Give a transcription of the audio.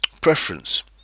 Preference